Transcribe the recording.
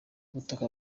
butaka